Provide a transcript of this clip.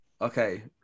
okay